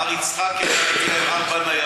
מר יצחקי היה מגיע עם ארבע ניידות,